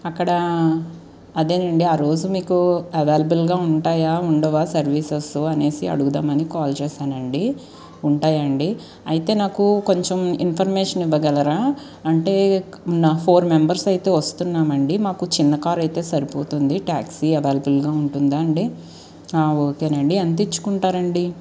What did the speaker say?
అక్కడ అదే అండీ ఆరోజు మీకు అవైలబుల్గా ఉంటాయా ఉండవా సర్వీసెస్ అనేసి అడుగుతామని కాల్ చేస్తానండి ఉంటాయండీ అయితే నాకు కొంచెం ఇన్ఫర్మేషన్ ఇవ్వగలరా అంటే నా ఫోర్ మెంబర్స్ అయితే వస్తున్నామండీ మాకు చిన్న కార్ అయితే సరిపోతుంది ట్యాక్సీ అవైలబుల్గా ఉంటుందా అండీ ఓకే అండీ ఎంత ఇచ్చుకుంటారు అండీ